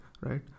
right